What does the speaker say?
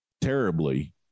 terribly